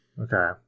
Okay